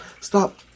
Stop